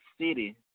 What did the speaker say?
city